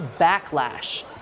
backlash